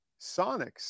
sonics